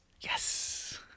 Yes